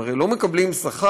הם הרי לא מקבלים שכר,